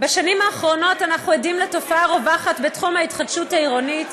בשנים האחרונות אנחנו עדים לתופעה רווחת בתחום ההתחדשות העירונית.